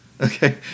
Okay